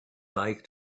like